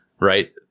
right